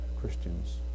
Christians